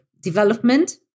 development